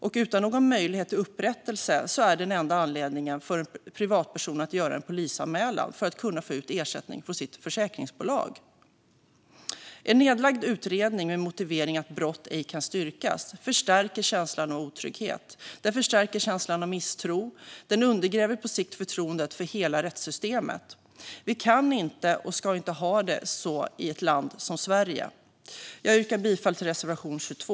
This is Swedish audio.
Och utan någon möjlighet till upprättelse är den enda anledningen för en privatperson att göra en polisanmälan att kunna få ut ersättning från sitt försäkringsbolag. En utredning som läggs ned med motiveringen att brott ej kan styrkas förstärker känslan av otrygghet. Den förstärker känslan av misstro. Den undergräver på sikt förtroendet för hela rättssystemet. Vi kan inte och ska inte ha det så i ett land som Sverige. Jag yrkar bifall till reservation 22.